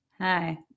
Hi